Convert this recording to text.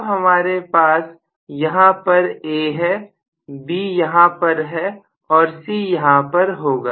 अब हमारे पास यहां पर A है B यहां पर है और C यहां पर होगा